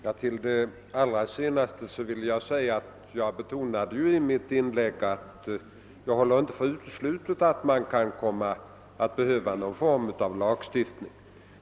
Herr talman! Med anledning av vad herr Johansson i Norrköping sade senast vill jag framhålla att jag betonade i mitt förra inlägg att jag inte håller för uteslutet att det kan behövas någon form av lagstiftning.